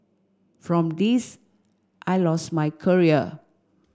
from this I lost my career